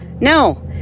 no